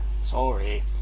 Sorry